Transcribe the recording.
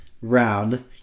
round